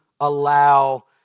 allow